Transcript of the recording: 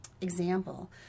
example